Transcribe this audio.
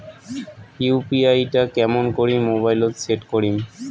UPI টা কেমন করি মোবাইলত সেট করিম?